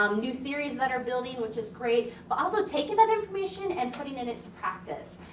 um new theories that are building, which is great. but also taking that information and putting it into practice.